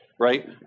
right